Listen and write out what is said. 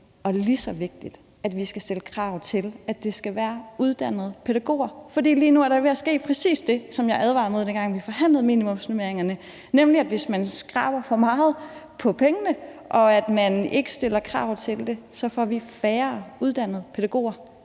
Og det er lige så vigtigt, at vi skal stille krav om, at det skal være uddannede pædagoger. For lige nu er der ved at ske præcis det, som jeg advarede imod, dengang vi forhandlede minimumsnormeringerne, nemlig at hvis man sparer for meget på pengene og ikke stiller krav til det, får vi færre uddannede pædagoger.